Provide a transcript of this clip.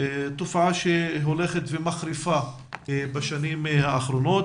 תופעה שהולכת ומחריפה בשנים האחרונות.